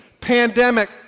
pandemic